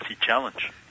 challenge